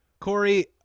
Corey